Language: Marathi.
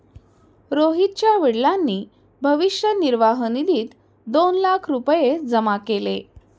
रोहितच्या वडिलांनी भविष्य निर्वाह निधीत दोन लाख रुपये जमा केले